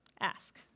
ask